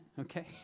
okay